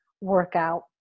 workout